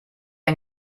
ein